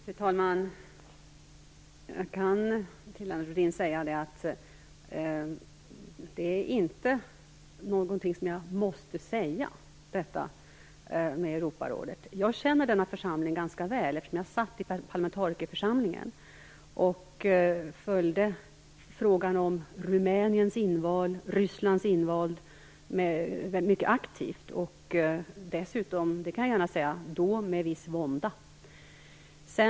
Fru talman! Jag kan säga till Lennart Rohdin att detta med Europarådet inte är någonting som jag måste säga. Jag känner denna församling ganska väl, eftersom jag satt i parlamentarikerförsamlingen och följde frågan om Rumäniens och Rysslands inval mycket aktivt, dessutom, det kan jag gärna säga, då med viss vånda.